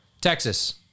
Texas